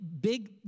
big